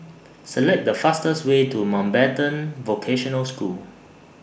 Select The fastest Way to Mountbatten Vocational School